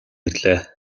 ирлээ